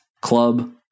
Club